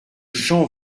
champ